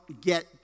get